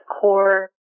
core